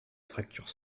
fracture